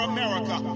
America